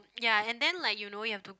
ya and then like you know you have to